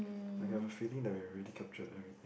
I have a feeling that we already captured everything